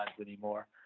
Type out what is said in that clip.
anymore